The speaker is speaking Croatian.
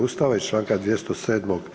Ustava i Članka 207.